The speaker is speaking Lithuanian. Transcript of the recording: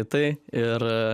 į tai ir